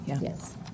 Yes